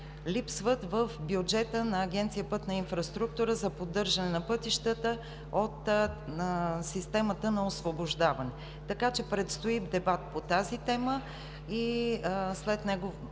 липсват в бюджета на Агенция „Пътна инфраструктура“ за поддържане на пътищата от системата на освобождаване. Предстои дебат по тази тема и след него